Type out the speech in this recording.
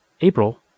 April